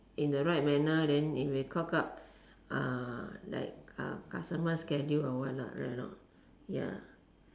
in the right manner then if you cock up uh like uh customer schedule or what ah ya